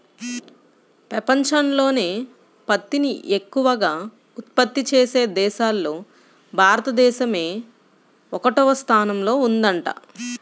పెపంచంలోనే పత్తిని ఎక్కవగా ఉత్పత్తి చేసే దేశాల్లో భారతదేశమే ఒకటవ స్థానంలో ఉందంట